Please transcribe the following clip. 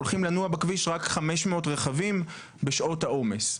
הולכים לנוע בכביש רק חמש מאות רכבים בשעות העומס,